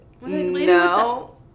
No